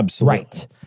right